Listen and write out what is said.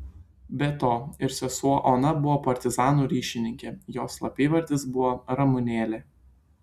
be to ir sesuo ona buvo partizanų ryšininkė jos slapyvardis buvo ramunėlė